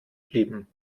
blieben